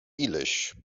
ileś